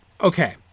okay